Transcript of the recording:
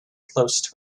close